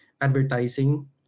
advertising